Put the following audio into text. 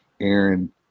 Aaron